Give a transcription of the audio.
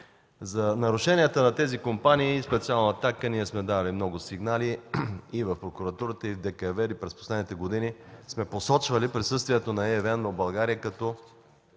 За нарушенията на тези компании специално ние от „Атака” сме давали много сигнали и в прокуратурата, и в ДКЕВР. През последните години сме посочвали присъствието на ЕВН в България като